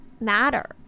matter